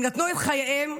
הם נתנו את חייהם,